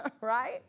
right